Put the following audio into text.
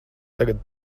tagad